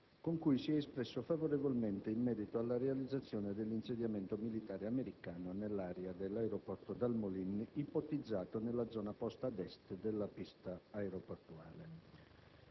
con cui si è espresso favorevolmente in merito alla realizzazione dell'insediamento militare americano nell'area dell'aeroporto "Dal Molin", ipotizzato nella zona posta ad est della pista aeroportuale.